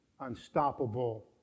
unstoppable